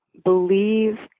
believe